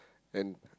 and